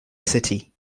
city